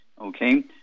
Okay